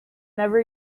never